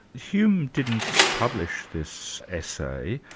hume didn't publish this essay,